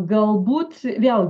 galbūt vėlgi